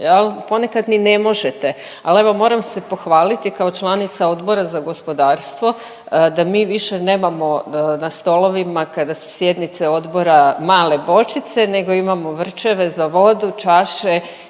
jel, ponekad ni ne možete. Ali evo moram se pohvaliti kao članica Odbora za gospodarstvo da mi više nemamo na stolovima kada su sjednice odbora male bočice nego imamo vrčeve za vodu, čaše,